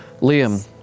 Liam